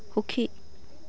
সুখী